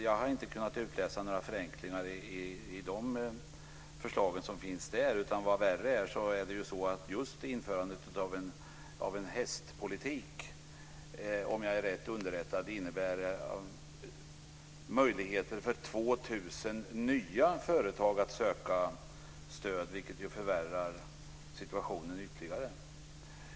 Jag har inte kunnat utläsa några förenklingar i de förslag som finns där. Vad värre är, just införandet av en hästpolitik - om jag är rätt underrättad - innebär möjligheter för 2 000 nya företag att söka stöd, vilket förvärrar situationen ytterligare.